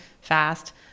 fast